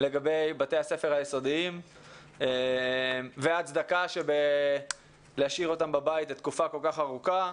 לגבי בתי הספר היסודיים וההצדקה שבלהשאיר אותם בבית לתקופה כל כך ארוכה,